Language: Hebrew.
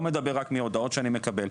אני לא מדבר רק מהודעות שאני מקבל.